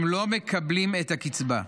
הם לא מקבלים את הקצבה.